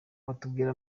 watubwira